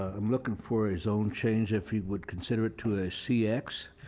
ah i'm looking for a zone change if you would consider it to a cx.